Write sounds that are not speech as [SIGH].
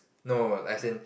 no [NOISE] as in